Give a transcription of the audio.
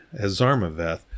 Hazarmaveth